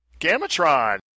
Gamatron